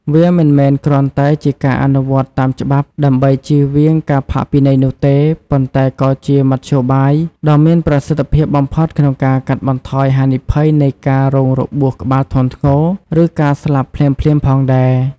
វាមិនមែនគ្រាន់តែជាការអនុវត្តតាមច្បាប់ ដើម្បីចៀសវាងការផាកពិន័យនោះទេ ប៉ុន្តែក៏ជាមធ្យោបាយដ៏មានប្រសិទ្ធភាពបំផុតក្នុងការកាត់បន្ថយហានិភ័យនៃការរងរបួសក្បាលធ្ងន់ធ្ងរ ឬការស្លាប់ភ្លាមៗផងដែរ។